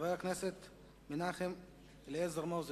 חבר הכנסת מנחם אליעזר מוזס,